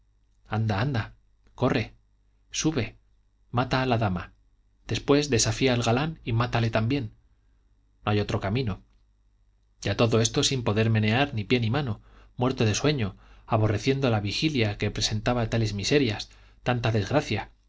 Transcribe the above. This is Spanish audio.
anda anda corre sube mata a la dama después desafía al galán y mátale también no hay otro camino y a todo esto sin poder menear pie ni mano muerto de sueño aborreciendo la vigilia que presentaba tales miserias tanta desgracia